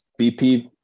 BP